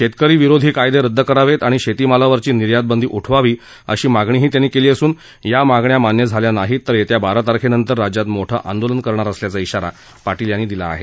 शेतकरी विरोधी कायदे रदद करावेत आणि शेतीमालावरची निर्यात बंदी उठवावी अशीही मागणी त्यांनी केली असून या मागण्या मान्य न झाल्यास येत्या बारा तारखेनंतर राज्यात मोठं आंदोलन करणार असल्याचा इशारा पाटील यांनी दिला आहे